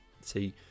see